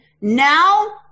Now